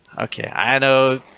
okay, i know,